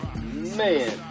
man